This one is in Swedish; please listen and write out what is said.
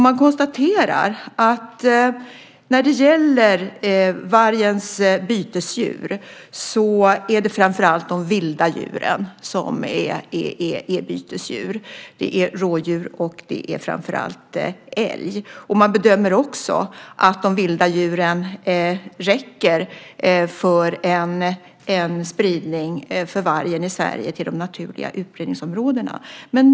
Man konstaterar att vargens bytesdjur är framför allt de vilda djuren. Det är rådjur och älg. Man bedömer också att de vilda djuren räcker för en spridning av vargen i Sverige i de naturliga utbredningsområdena.